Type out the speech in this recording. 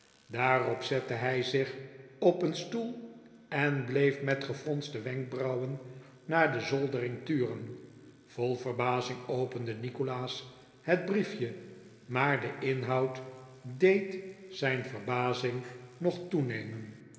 daarop zette hij zich op een stoel en bleef met gefronste wenkbrauwen naar de zoldering turen vol verbazing opende nikolaas het briefje maar de inhoud deed zijn verbazing nog toenemen